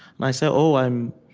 and i say, oh, i'm